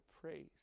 praise